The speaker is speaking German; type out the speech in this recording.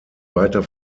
weiter